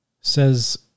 says